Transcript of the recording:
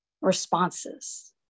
responses